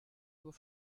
nur